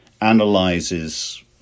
analyzes